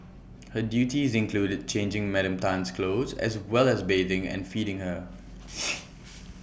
her duties included changing Madam Tan's clothes as well as bathing and feeding her